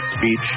Beach